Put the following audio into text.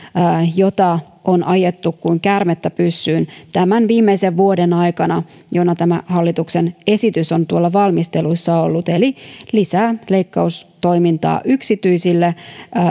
jota on ajettu kuin käärmettä pyssyyn tämän viimeisen vuoden aikana jonka tämä hallituksen esitys on tuolla valmistelussa ollut eli lisää leikkaustoimintaa yksityisille